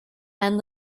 and